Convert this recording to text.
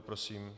Prosím.